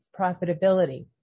profitability